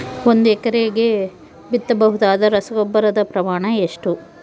ಒಂದು ಎಕರೆಗೆ ಬಿತ್ತಬಹುದಾದ ರಸಗೊಬ್ಬರದ ಪ್ರಮಾಣ ಎಷ್ಟು?